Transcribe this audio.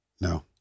no